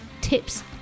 tips